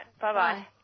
Bye-bye